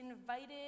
invited